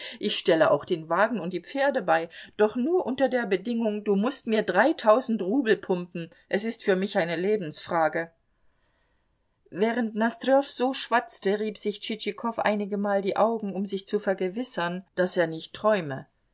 ich stelle auch den wagen und die pferde bei doch nur unter der bedingung du mußt mir dreitausend rubel pumpen es ist für mich eine lebensfrage während nosdrjow so schwatzte rieb sich tschitschikow einigemal die augen um sich zu vergewissern daß er nicht träume